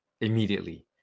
immediately